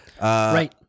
Right